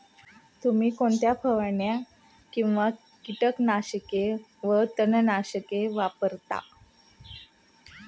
तुम्ही कोणत्या फवारण्या किंवा कीटकनाशके वा तणनाशके वापरता?